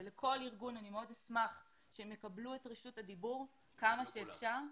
ולכל ארגון אני מאוד אשמח שהם יקבלו את רשות הדיבור כמה שאפשר,